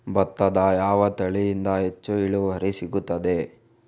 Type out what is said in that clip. ಭತ್ತದ ಯಾವ ತಳಿಯಿಂದ ಹೆಚ್ಚು ಇಳುವರಿ ಸಿಗುತ್ತದೆ?